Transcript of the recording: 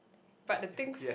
but the things